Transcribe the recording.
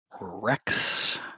Rex